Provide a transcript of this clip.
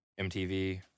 MTV